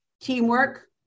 teamwork